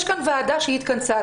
יש כאן ועדה שהתכנסה.